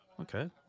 Okay